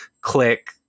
click